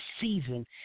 season